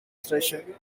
station